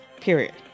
Period